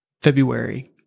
February